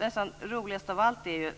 Nästan roligast av allt är